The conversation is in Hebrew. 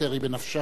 היא בנפשה של